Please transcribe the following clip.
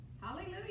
Hallelujah